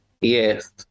Yes